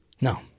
No